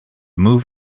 move